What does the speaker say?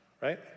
right